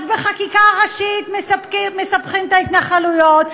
אז בחקיקה ראשית מספחים את ההתנחלויות,